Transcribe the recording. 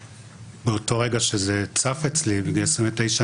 באותו רגע שזה צף אצלי בגיל 29,